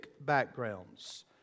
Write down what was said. backgrounds